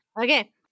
Okay